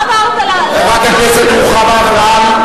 מה אמרת, חברת הכנסת רוחמה אברהם.